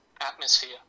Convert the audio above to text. atmosphere